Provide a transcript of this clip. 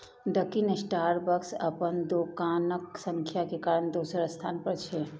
Dunkin Starbucks अपन दोकानक संख्या के कारण दोसर स्थान पर छै